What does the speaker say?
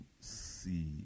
see